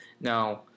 Now